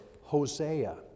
Hosea